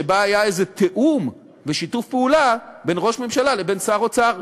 שבה היה איזה תיאום ושיתוף פעולה בין ראש ממשלה לבין שר האוצר.